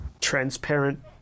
transparent